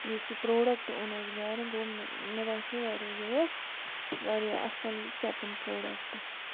یُس یہِ پرٛوڈَکٹ اوٚن اَسہِ گَرٕ گوٚو مےٚ مےٚ باسٚیو واریاہ یہِ ٲس واریاہ اَصٕل یہِ چَپٕنۍ پرٛوڈَکٹ